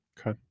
Okay